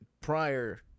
Prior